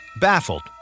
Baffled